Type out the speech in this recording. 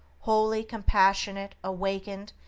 holy, compassionate, awakened,